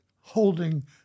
holding